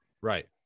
Right